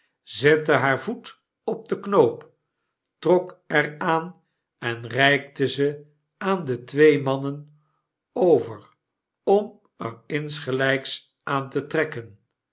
zette haar voet op den knoop trok er aan en reikte ze aan de twee mannen over om erinsgelyks aan te trekken